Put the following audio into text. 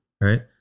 right